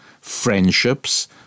friendships